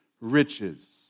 riches